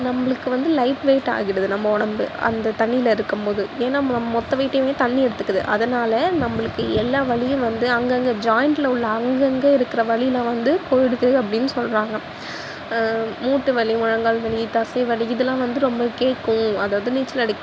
நம்பளுக்கு வந்து light weight ஆயிடுது நம்ம உடம்பு அந்த தண்ணியில் இருக்கும் போது ஏன்னால் நம்ம மொத்த வெயிட்டையுமே தண்ணி எடுத்துக்குது அதனால நம்மளுக்கு எல்லா வலியும் வந்து அங்கங்கே ஜாயிண்டில் உள்ள அங்கங்கே இருக்குற வலிலான் வந்து போய்டுது அப்படின்னு சொல்கிறாங்க மூட்டு வலி முழங்கால் வலி தசை வலி இதெலான் வந்து ரொம்ப கேட்கும் அதாவது நீச்சல் அடிக்